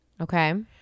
Okay